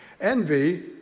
Envy